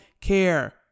care